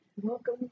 welcome